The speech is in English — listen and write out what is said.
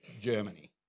Germany